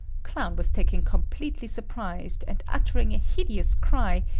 clown was taken completely surprised, and uttering a hideous cry,